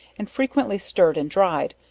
and frequently stirred and dryed,